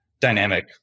dynamic